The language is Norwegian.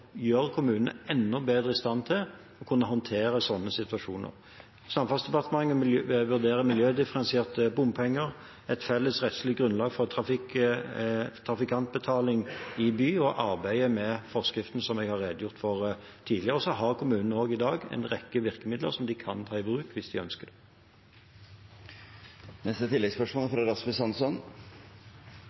kommunene enda bedre i stand til å kunne håndtere sånne situasjoner. Samferdselsdepartementet vurderer miljødifferensierte bompenger, et felles rettslig grunnlag for trafikantbetaling i byene og arbeidet med forskriften som jeg har redegjort for tidligere. Kommunene har i dag også en rekke virkemidler som de kan ta i bruk hvis de ønsker